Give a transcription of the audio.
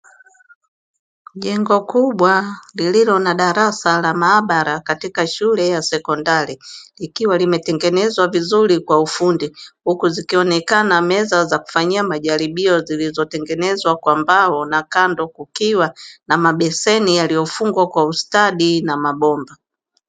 Jengo kubwa lililo na darasa la maabara katika shule ya sekondari, ikiwa limetengenezwa vizuri kwa ufundi. Huku zikionekana meza za kufanyia majaribio, zilizotengenezwa kwa mbao na kando kukiwa na mabeseni yaliyofungwa kwa ustadi na mabomba.